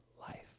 life